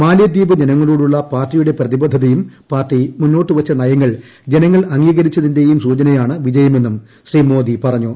മാലെദ്വീപ് ജനങ്ങളോടുളള പാർട്ടിയുടെ പ്രതിബദ്ധതയും പാർട്ടി മുന്നോട്ട് വച്ച നയങ്ങൾ ജനങ്ങൾ അംഗീകരിച്ചതിന്റെയും സൂചനയാണ് വിജയമെന്നും ശ്രീ മോദി പറഞ്ഞു